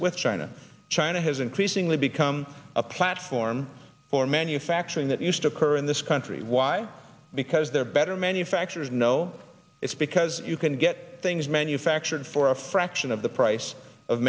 with china china has increasingly become a platform for manufacturing that used to occur in this country why because they're better manufacturers know it's because you can get things manufactured for a fraction of the price of